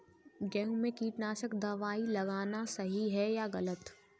गेहूँ में कीटनाशक दबाई लगाना सही है या गलत?